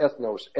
ethnos